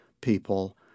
people